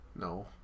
No